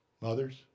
mothers